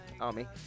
Army